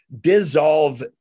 dissolve